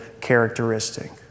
characteristic